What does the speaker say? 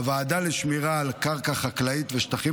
הוועדה לשמירה על קרקע חקלאית ושטחים